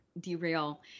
derail